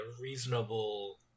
reasonable